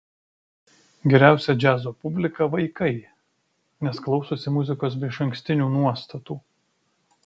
geriausia džiazo publika vaikai nes klausosi muzikos be išankstinių nuostatų